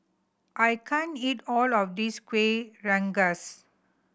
I can't eat all of this Kueh Rengas